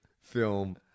film